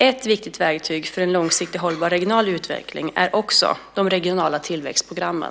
Ett viktigt verktyg för en långsiktig hållbar regional utveckling är också de regionala tillväxtprogrammen.